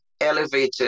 elevated